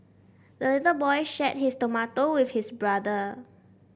the little boy shared his tomato with his brother